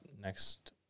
next